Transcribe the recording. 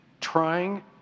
trying